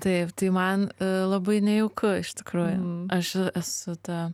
taip tai man labai nejauku iš tikrųjų aš esu ta